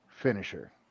finisher